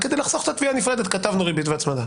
רק כדי לחסוך תביעה נפרדת כתבנו "ריבית והצמדה".